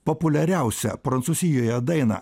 populiariausią prancūzijoje dainą